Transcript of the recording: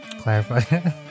Clarify